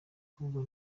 ahubwo